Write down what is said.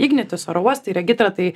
ignitis oro uostai regitra tai